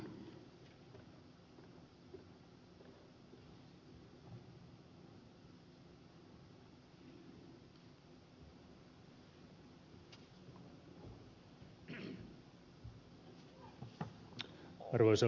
arvoisa puhemies